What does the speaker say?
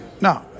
No